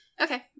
Okay